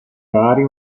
rari